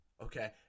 okay